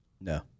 No